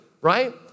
right